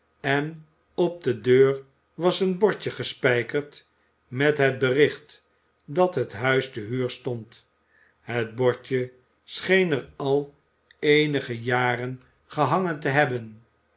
en op de deur was een bordje gespijkerd met het bericht dat het huis te huur stond het bordje scheen er al eenige jaren gehangen te hebben